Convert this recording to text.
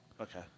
Okay